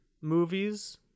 movies